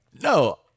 No